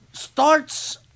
starts